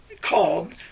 called